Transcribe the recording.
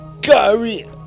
Gary